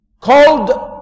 called